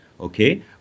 Okay